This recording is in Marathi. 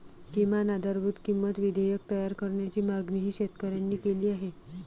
किमान आधारभूत किंमत विधेयक तयार करण्याची मागणीही शेतकऱ्यांनी केली आहे